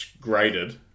graded